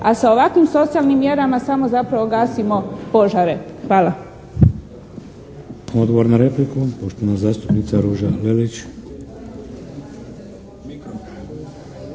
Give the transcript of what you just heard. a sa ovakvim socijalnim mjerama samo zapravo gasimo požare. Hvala.